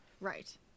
Right